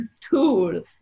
tool